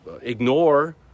ignore